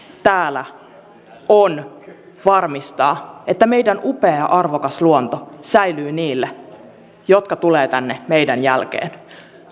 täällä on varmistaa että meidän upea arvokas luonto säilyy niille jotka tulevat tänne meidän jälkeemme